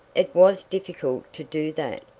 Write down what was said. it was difficult to do that,